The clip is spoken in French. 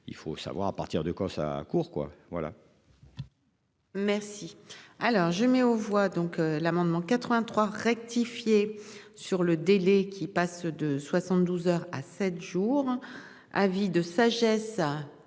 Il faut savoir à partir de quand ça court quoi voilà. Merci. Alors je mets aux voix donc l'amendement 83 rectifié sur le délai qui passe de 72 heures à sept jours. Avis de sagesse.